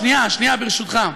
שנייה, שנייה, ברשותך.